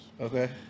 Okay